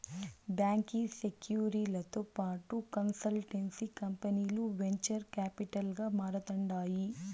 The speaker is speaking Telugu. బాంకీ సెక్యూరీలతో పాటు కన్సల్టెన్సీ కంపనీలు వెంచర్ కాపిటల్ గా మారతాండాయి